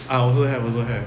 ah also have also have